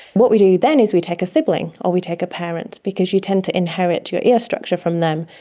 what we do then is we take a sibling or we take a parent, because you tend to inherit your ear structure from them,